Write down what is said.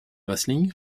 vasling